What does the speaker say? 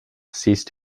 ceased